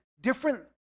different